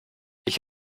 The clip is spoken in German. ich